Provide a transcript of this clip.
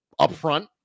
upfront